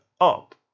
up